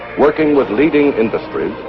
working with leading industries,